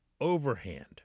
overhand